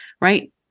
right